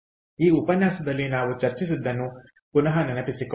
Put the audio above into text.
ಆದ್ದರಿಂದ ಈ ಉಪನ್ಯಾಸದಲ್ಲಿ ನಾವು ಚರ್ಚಿಸಿದ್ದನ್ನು ಪುನಃ ನೆನಪಿಸಿಕೊಳ್ಳೋಣ